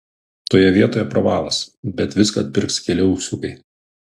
toje vietoje pravalas bet viską atpirks keli auksiukai